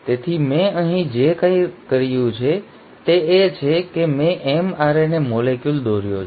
તેથી મેં અહીં જે કર્યું છે તે એ છે કે મેં mRNA મોલેક્યુલ દોર્યો છે